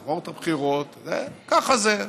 נעבור את הבחירות, ככה זה,